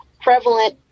prevalent